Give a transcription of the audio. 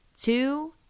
two